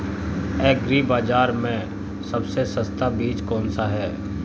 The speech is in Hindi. एग्री बाज़ार में सबसे सस्ता बीज कौनसा है?